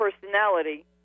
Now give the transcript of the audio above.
personality